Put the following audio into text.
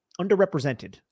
underrepresented